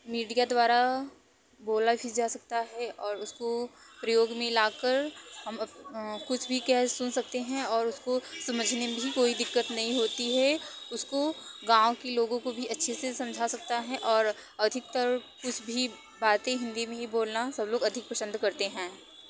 media द्वारा बोला ही जा सकता है और उसको प्रयोग में लाकर हम कुछ भी कह सुन सकते हैं और उसको समझने में भी कोई दिक्कत नहीं होती है उसको गाँव की लोगों को भी अच्छे से समझा सकता है और अधिकतर कुछ भी बातें हिंदी में ही बोलना सब लोग अधिक पसंद करते हैं